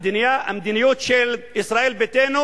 המדיניות של ישראל ביתנו